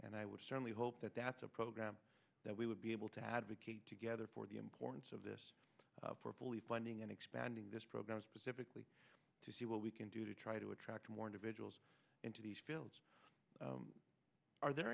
and i would certainly hope that that's a program that we would be able to advocate together for the importance of this purple the funding and expanding this program specifically to see what we can do to try to attract more individuals into these fields are there